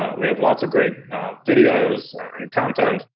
um we have lots of great videos and content.